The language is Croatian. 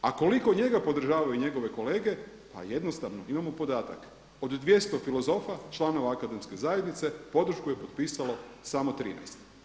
A koliko njega podržavaju njegove kolege, pa jednostavno imamo podatak od 200 filozofa članova Akademske zajednice, podršku je potpisalo samo 13.